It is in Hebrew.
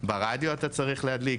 ברדיו אתה צריך להדליק,